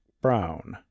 brown